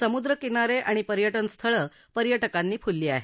समुद्रकिनारे आणि पर्यटन स्थळं पर्यटकांनी फुलली आहेत